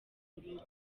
urugo